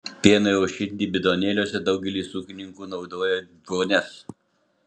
pienui aušinti bidonėliuose daugelis ūkininkų naudoja vonias